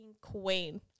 queen